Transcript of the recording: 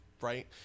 right